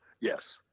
Yes